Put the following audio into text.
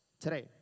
Today